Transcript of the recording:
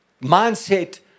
mindset